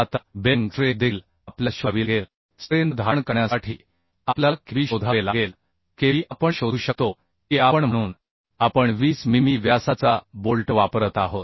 आता bearing strength देखील आपल्याला शोधावी लागेल स्ट्रेंथ धारण करण्यासाठी आपल्याला Kb शोधावे लागेल Kb आपण शोधू शकतो की आपण म्हणून आपण 20 मिमी व्यासाचा बोल्ट वापरत आहोत